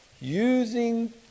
using